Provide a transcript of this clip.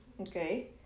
Okay